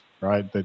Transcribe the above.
right